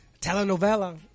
telenovela